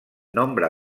nombre